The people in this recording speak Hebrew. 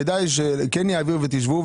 כדאי שכן יעביר ותשבו,